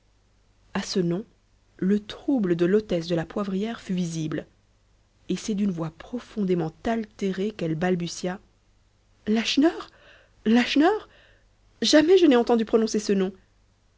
à ce nom le trouble de l'hôtesse de la poivrière fut visible et c'est d'une voix profondément altérée qu'elle balbutia lacheneur lacheneur jamais je n'ai entendu prononcer ce nom